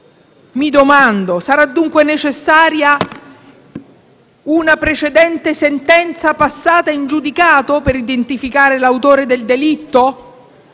Mi domando dunque se sarà necessaria una precedente sentenza passata in giudicato per identificare l'autore del delitto.